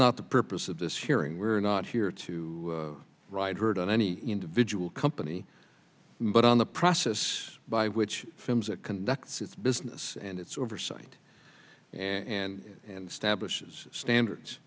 not the purpose of this hearing we're not here to ride herd on any individual company but on the process by which films it conducts its business and its oversight and and sta